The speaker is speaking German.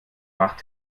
macht